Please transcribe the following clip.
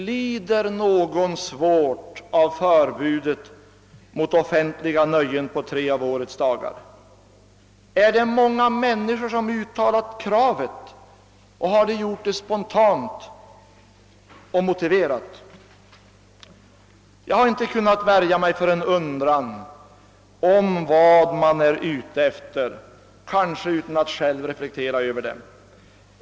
Lider någon svårt av förbudet mot offentliga nöjen på tre av årets dagar? Är det många människor som uttalat kravet och har de gjort det spontant och motiverat? Jag har inte kunnat värja mig mot en undran om vad man är ute efter, kanske utan ait själv reflektera över det.